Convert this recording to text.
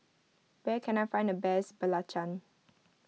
where can I find the best Belgian